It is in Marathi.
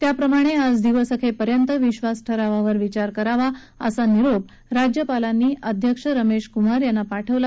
त्याप्रमाणे आज दिवसअखेर पर्यंत विक्वास ठरावावर विचार करावा असा निरोप राज्यपालांनी अध्यक्ष रमेश कुमार यांना पाठवला